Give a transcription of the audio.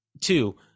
Two